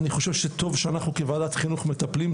אני חושב שטוב שאנחנו כוועדת חינוך מטפלים,